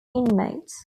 inmates